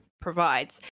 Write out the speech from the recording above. provides